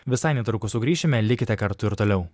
visai netrukus sugrįšime likite kartu ir toliau